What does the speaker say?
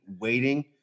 waiting